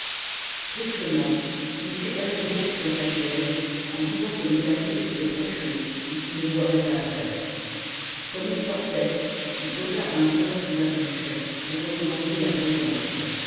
brusquement m hennebeau quitta sa chaise en disant que le café était trop chaud et qu'il le boirait après comme il sortait il posa un doigt sur sa bouche pour recommander la prudence